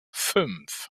fünf